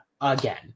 again